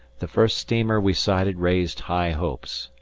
the first steamer we sighted raised high hopes,